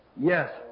Yes